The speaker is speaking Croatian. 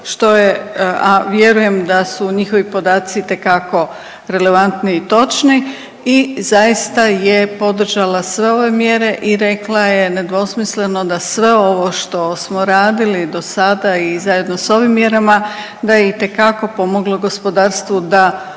što je, a vjerujem da su njihovi podaci itekako relevantni i točni. I zaista je podržala sve ove mjere i rekla je nedvosmisleno da sve ovo što smo radili dosada i zajedno s ovim mjerama da je itekako pomoglo gospodarstvu da opstane